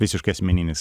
visiškai asmeninis